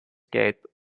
gate